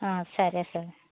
సరే సార్